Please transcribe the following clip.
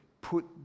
put